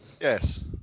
Yes